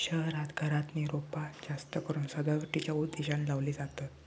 शहरांत घरातली रोपा जास्तकरून सजावटीच्या उद्देशानं लावली जातत